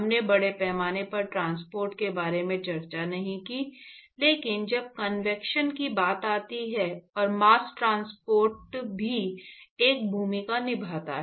हमने बड़े पैमाने पर ट्रांसपोर्ट के बारे में चर्चा नहीं की लेकिन जब कन्वेक्शन की बात आती है और मास्स ट्रांसपोर्ट भी एक भूमिका निभाता है